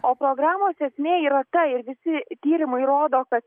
o programos esmė yra ta ir visi tyrimai rodo kad